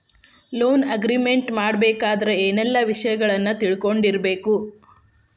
Loan agreement ಮಾಡ್ಬೆಕಾದ್ರ ಏನೆಲ್ಲಾ ವಿಷಯಗಳನ್ನ ತಿಳ್ಕೊಂಡಿರ್ಬೆಕು?